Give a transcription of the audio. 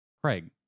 Craig